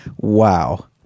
wow